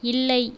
இல்லை